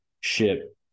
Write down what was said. ship